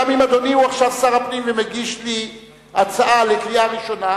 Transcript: גם אם אדוני הוא עכשיו שר הפנים ומגיש לי הצעה לקריאה ראשונה,